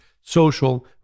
social